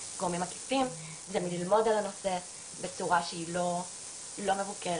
זה ללמוד על הנושא בצורה שהיא לא מבוקרת,